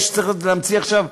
צריך להמציא עכשיו,